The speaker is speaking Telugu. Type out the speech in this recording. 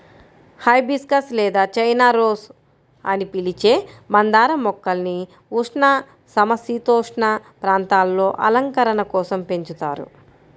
హైబిస్కస్ లేదా చైనా రోస్ అని పిలిచే మందార మొక్కల్ని ఉష్ణ, సమసీతోష్ణ ప్రాంతాలలో అలంకరణ కోసం పెంచుతారు